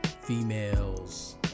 females